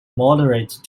moderate